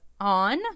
on